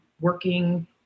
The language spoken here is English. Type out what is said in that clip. working